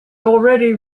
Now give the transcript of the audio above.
already